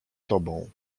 tobą